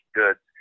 goods